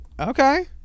Okay